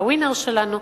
ל"ווינר" שלנו,